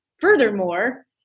furthermore